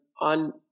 on